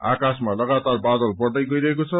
आकाशमा लागातार बादल बढ़दै गइरहेको छ